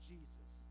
Jesus